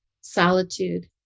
solitude